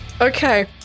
Okay